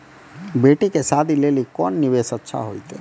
बेटी के शादी लेली कोंन निवेश अच्छा होइतै?